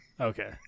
okay